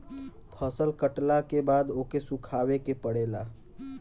फसल कटला के बाद ओके सुखावे के पड़ेला